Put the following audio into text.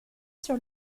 sur